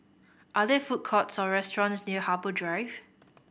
are there food courts or restaurants near Harbour Drive